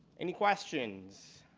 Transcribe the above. any questions?